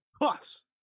Plus